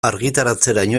argitaratzeraino